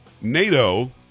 NATO